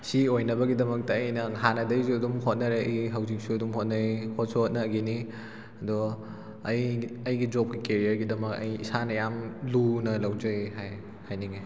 ꯑꯁꯤ ꯑꯣꯏꯅꯕꯒꯤꯗꯃꯛꯇ ꯑꯩꯅ ꯍꯥꯟꯅꯗꯒꯤꯁꯨ ꯑꯗꯨꯝ ꯍꯣꯠꯅꯔꯛꯏ ꯍꯧꯖꯤꯛꯁꯨ ꯑꯗꯨꯝ ꯍꯣꯠꯅꯩ ꯍꯣꯠꯁꯨ ꯍꯣꯠꯅꯈꯤꯅꯤ ꯑꯗꯣ ꯑꯩꯒꯤ ꯖꯣꯕ ꯀꯦꯔꯤꯌꯔꯒꯤꯗꯃꯛ ꯑꯩ ꯏꯁꯥꯅ ꯌꯥꯝꯅ ꯂꯨꯅ ꯂꯧꯖꯩ ꯍꯥꯏꯅꯤꯡꯉꯦ